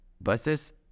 buses